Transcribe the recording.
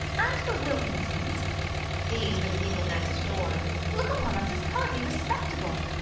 and the wilkinsons' these were the people next door look upon us as hardly respectable.